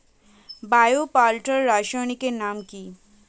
Bio পাল্লার রাসায়নিক নাম কি?